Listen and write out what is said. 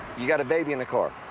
you got a baby in the car,